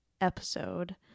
episode